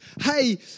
hey